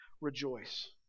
rejoice